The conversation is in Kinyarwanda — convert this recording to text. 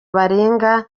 barenga